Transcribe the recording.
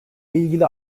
ilgili